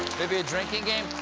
maybe a drinking game.